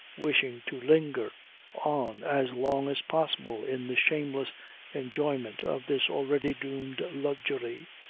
wishing to linger on as long as possible in the shameless enjoyment of this already doomed luxury.